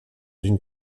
d’une